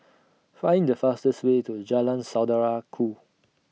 Find The fastest Way to Jalan Saudara Ku